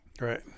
Right